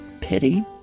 pity